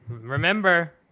Remember